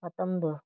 ꯃꯇꯝꯗꯣ